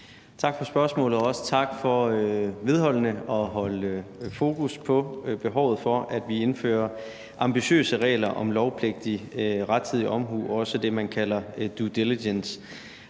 Tak for spørgsmålet, og også tak for vedholdende at holde fokus på behovet for, at vi indfører ambitiøse regler om lovpligtig rettidig omhu – det, man også kalder due diligence.